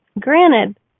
granted